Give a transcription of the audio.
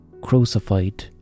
crucified